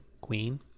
queen